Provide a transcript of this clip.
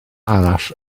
arall